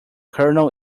kernel